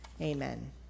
Amen